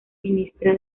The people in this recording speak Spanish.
ministra